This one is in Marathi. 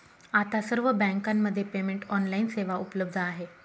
आता सर्व बँकांमध्ये पेमेंट ऑनलाइन सेवा उपलब्ध आहे